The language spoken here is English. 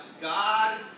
God